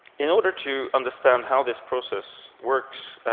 in order to understand how this process works,